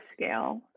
scale